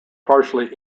partially